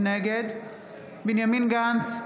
נגד בנימין גנץ,